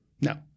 No